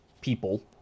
people